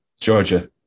Georgia